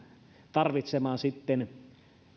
tarvitseman